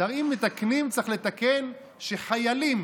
אז אם מתקנים צריך לתקן שחיילים